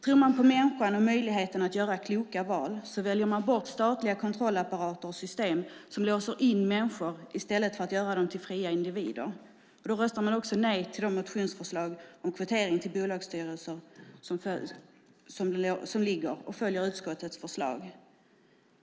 Om man tror på människan och möjligheten att göra kloka val väljer man bort statliga kontrollapparater och system som låser in människor i stället för att göra dem till fria individer. Då röstar man också nej till de motionsförslag om kvotering till bolagsstyrelser som föreligger, och följer utskottets förslag.